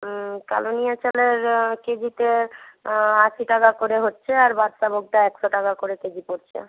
কালো নুনিয়া চালের কেজিতে আশি টাকা করে হচ্ছে আর বাদশাভোগটা একশো টাকা করে কেজি পড়ছে